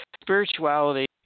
spirituality